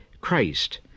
Christ